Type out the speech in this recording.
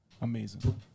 Amazing